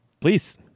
Please